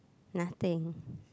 nothing